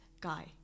guy